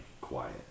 quiet